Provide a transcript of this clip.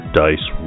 dice